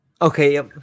Okay